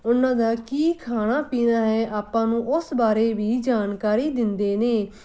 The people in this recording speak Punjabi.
ਉਹਨਾਂ ਦਾ ਕੀ ਖਾਣਾ ਪੀਣਾ ਹੈ ਆਪਾਂ ਨੂੰ ਉਸ ਬਾਰੇ ਵੀ ਜਾਣਕਾਰੀ ਦਿੰਦੇ ਨੇ